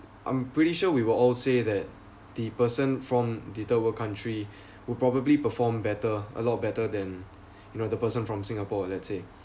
I'm pretty sure we will all say that the person from the third world country will probably perform better a lot better than you know the person from singapore let's say